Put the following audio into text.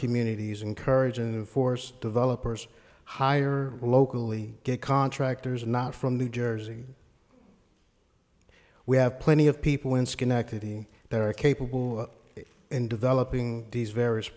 communities encourage and force developers hire locally good contractors not from new jersey we have plenty of people in schenectady that are capable in developing these various